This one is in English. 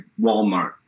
Walmart